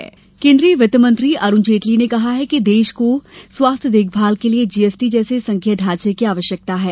वित्तमंत्री वित्तमंत्री अरूण जेटली ने कहा है कि देश को स्वास्थ्य देखभाल के लिए जी एस टी जैसे संघीय ढांचे की आवश्यकता है